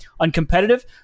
uncompetitive